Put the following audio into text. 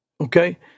okay